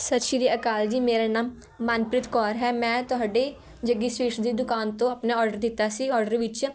ਸਤਿ ਸ਼੍ਰੀ ਅਕਾਲ ਜੀ ਮੇਰਾ ਨਾਮ ਮਨਪ੍ਰੀਤ ਕੌਰ ਹੈ ਮੈਂ ਤੁਹਾਡੇ ਜੱਗੀ ਸਵੀਟਸ ਦੀ ਦੁਕਾਨ ਤੋਂ ਆਪਣਾ ਔਡਰ ਦਿੱਤਾ ਸੀ ਔਡਰ ਵਿੱਚ